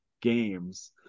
games